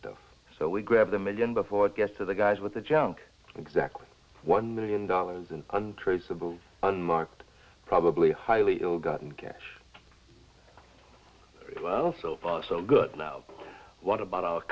stuff so we grabbed the million before it gets to the guys with the junk exactly one million dollars in untraceable unmarked probably highly ill gotten cash well so far so good what about